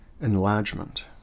Enlargement